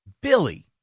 Billy